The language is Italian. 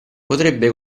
potrebbe